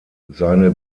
seine